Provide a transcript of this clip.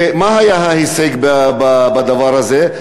ומה היה ההישג בדבר הזה?